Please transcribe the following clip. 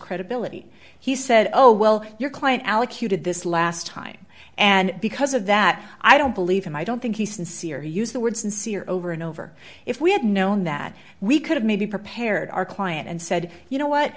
credibility he said oh well your client allocute did this last time and because of that i don't believe and i don't think he's sincere he used the word sincere over and over if we had known that we could have maybe prepared our client and said you know what